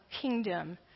kingdom